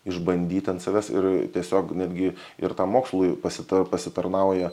išbandyt ant savęs ir tiesiog netgi ir tam mokslui pasita pasitarnauja